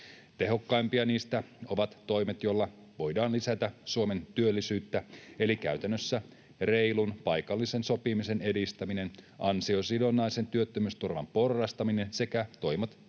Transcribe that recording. Tehokkaimpia niistä ovat toimet, joilla voidaan lisätä Suomen työllisyyttä, eli käytännössä reilun paikallisen sopimisen edistäminen, ansiosidonnaisen työttömyysturvan porrastaminen sekä toimet